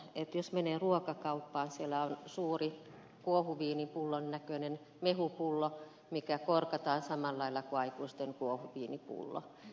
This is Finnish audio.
jos menee ruokakauppaan siellä on suuri kuohuviinipullon näköinen mehupullo joka korkataan samalla lailla kuin aikuisten kuohuviinipullo